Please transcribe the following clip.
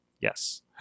yes